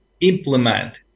implement